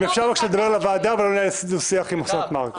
אם אפשר בבקשה לדבר אל הוועדה ולא לערוך דו-שיח עם אוסנת מארק,